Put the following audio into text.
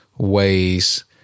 ways